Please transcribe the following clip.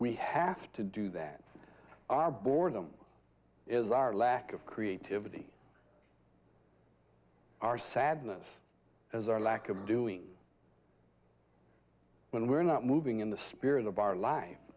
we have to do that our boredom is our lack of creativity our sadness as our lack of doing when we're not moving in the spirit of our li